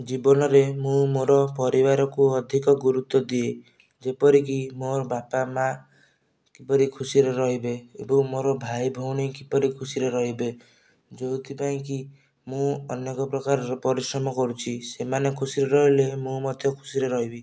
ଜୀବନରେ ମୁଁ ମୋର ପରିବାର କୁ ଅଧିକ ଗୁରୁତ୍ୱ ଦିଏ ଯେପରିକି ମୋର ବାପା ମାଆ କିପରି ଖୁସିରେ ରହିବେ ଏବଂ ମୋର ଭାଇ ଭଉଣୀ କିପରି ଖୁସିରେ ରହିବେ ଯେଉଁଥିପାଇଁ ମୁଁ ଅନେକ ପ୍ରକାରର ପରିଶ୍ରମ କରୁଛି ସେମାନେ ଖୁସିରେ ରହିଲେ ମୁଁ ମଧ୍ୟ ଖୁସିରେ ରହିବି